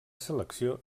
selecció